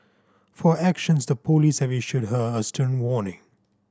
for her actions the police have issued her a stern warning